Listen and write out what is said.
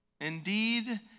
indeed